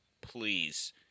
please